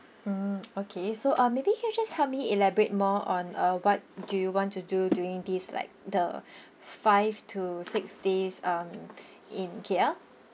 mm okay so uh maybe can you just help me elaborate more on uh what do you want to do during these like the five to six days um in K_L